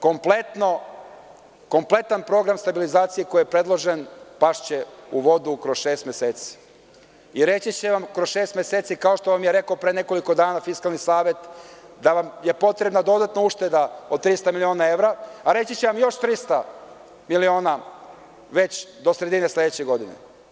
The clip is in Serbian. Kompletan program stabilizacije koji je predložen pašće u vodu kroz šest meseci i reći će vam kroz šest meseci, kao što vam je rekao pre nekoliko dana Fiskalni savet, da vam je potrebna dodatna ušteda od 300 miliona evra, a reći će vam još 300 miliona već do sredine sledeće godine.